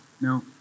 No